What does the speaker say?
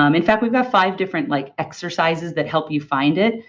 um in fact, we've got five different like exercises that help you find it.